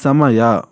ಸಮಯ